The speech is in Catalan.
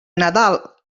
nadal